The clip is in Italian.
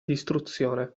distruzione